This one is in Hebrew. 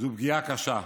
זו פגיעה קשה.